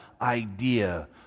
idea